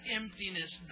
emptiness